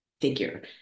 figure